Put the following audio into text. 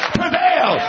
prevail